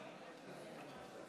בנושא: